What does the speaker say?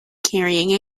carrying